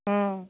हम्म